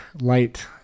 light